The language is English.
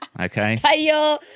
Okay